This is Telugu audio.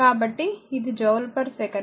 కాబట్టి ఇది జూల్సెకను